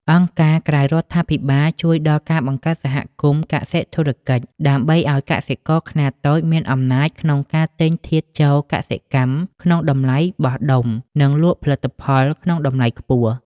អង្គការក្រៅរដ្ឋាភិបាលជួយដល់ការបង្កើតសហគមន៍កសិធុរកិច្ច ដើម្បីឱ្យកសិករខ្នាតតូចមានអំណាចក្នុងការទិញធាតុចូលកសិកម្មក្នុងតម្លៃបោះដុំ និងលក់ផលិតផលក្នុងតម្លៃខ្ពស់។